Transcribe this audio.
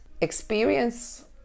experience